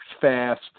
fast